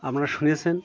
আপনারা শুনেছেন